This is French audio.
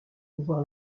pouvoir